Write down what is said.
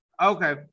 Okay